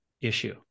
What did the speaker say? issue